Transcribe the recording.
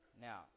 Now